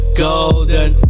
golden